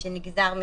אז הוא גם